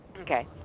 Okay